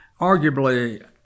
Arguably